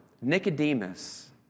Nicodemus